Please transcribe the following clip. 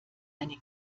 eine